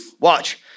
watch